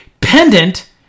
pendant